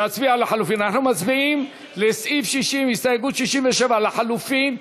אנחנו מצביעים על סעיף 60, הסתייגות 67 לחלופין.